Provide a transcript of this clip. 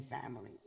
family